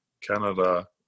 Canada